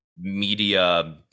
media